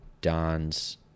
don's